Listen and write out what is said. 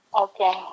okay